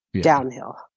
downhill